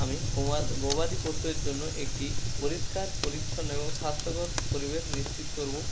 আমি গবাদি পশুদের জন্য একটি পরিষ্কার পরিচ্ছন্ন এবং স্বাস্থ্যকর পরিবেশ নিশ্চিত করবো